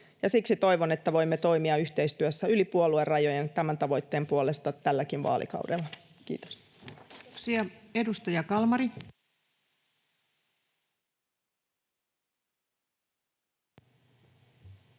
Siksi toivon, että voimme toimia yhteistyössä yli puoluerajojen tämän tavoitteen puolesta tälläkin vaalikaudella. — Kiitos.